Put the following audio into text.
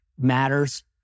matters